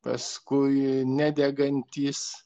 paskui nedegantys